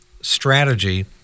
strategy